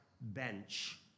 bench